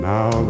Now